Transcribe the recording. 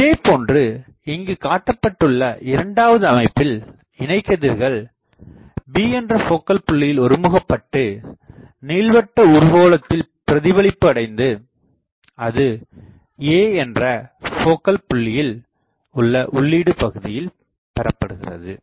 இதேபோன்று இங்கு காட்டப்பட்டுள்ள இரண்டாவது அமைப்பில் இணை கதிர்கள் B என்ற என்ற போக்கல் புள்ளியில் ஒருமுகப்பட்டு நீள்வட்ட உருகோளத்தில் பிரதிபலிப்பு அடைந்து அது A என்ற போக்கல் புள்ளியில் உள்ள உள்ளீடு பகுதியில் பெறப்படுகிறது